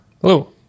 hello